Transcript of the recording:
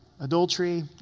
Adultery